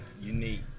unique